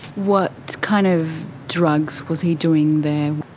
what kind of drugs was he doing there?